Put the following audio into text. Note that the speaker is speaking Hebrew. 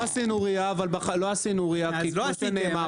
לא עשינו ריא, כי כמו שנאמר --- אז לא עשיתם.